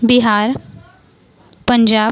Bihar Punjab